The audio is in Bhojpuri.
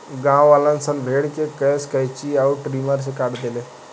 गांववालन सन भेड़ के केश कैची अउर ट्रिमर से काट देले